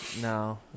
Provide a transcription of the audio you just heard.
No